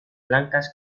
blancas